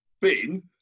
bin